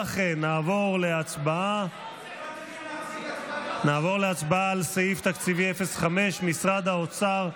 לכן, נעבור להצבעה על סעיף תקציבי 05, משרד האוצר,